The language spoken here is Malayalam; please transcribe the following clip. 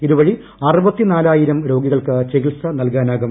ഇതുവഴി അറുപത്തിനാലായിരം രോഗികൾക്ക് ചികിത്സ നൽകാനാവും